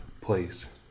Please